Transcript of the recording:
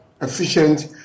efficient